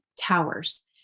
Towers